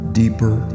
deeper